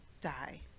die